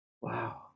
wow